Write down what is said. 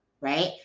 right